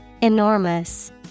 Enormous